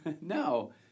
No